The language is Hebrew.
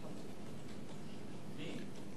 מי?